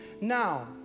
Now